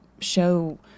show